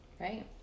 right